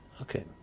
Okay